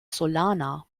solana